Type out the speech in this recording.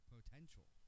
Potential